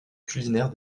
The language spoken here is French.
culinaires